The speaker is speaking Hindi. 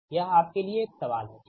यह आपके लिए एक सवाल है ठीक